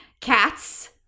cats